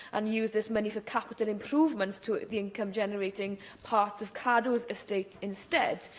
and used this money for capital improvements to the income-generating parts of cadw's estate instead.